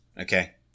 Okay